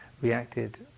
reacted